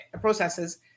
processes